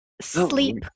Sleep